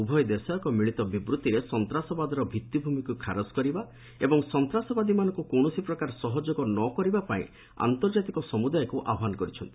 ଉଭୟ ଦେଶ ଏକ ମିଳିତ ବିବୃଭିରେ ସନ୍ତାସବାଦର ଭିତ୍ତିଭୂମିକୁ ଖାରଜ କରିବା ଏବଂ ସନ୍ତାସବାଦୀମାନଙ୍କୁ କୌଣସି ପ୍ରକାର ସହଯୋଗ ନ କରିବା ପାଇଁ ଆନ୍ତର୍ଜାତିକ ସମୁଦାୟକୁ ଆହ୍ୱାନ କରିଛନ୍ତି